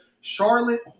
Charlotte